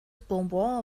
bourbon